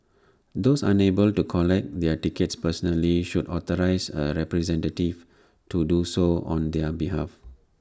those unable to collect their tickets personally should authorise A representative to do so on their behalf